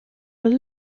were